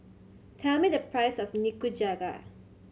tell me the price of Nikujaga